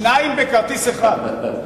שניים בכרטיס אחד.